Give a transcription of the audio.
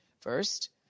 First